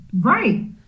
Right